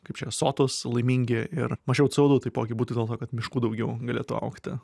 kaip čia sotūs laimingi ir mažiau cė o du taipogi būtų dėl to kad miškų daugiau galėtų augti